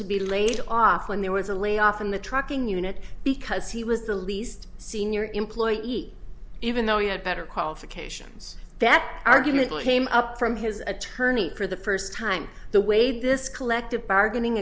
to be laid off when there was a layoff in the trucking unit because he was the least senior employee even though he had better qualifications that argument with him up from his attorney for the first time the way this collective bargaining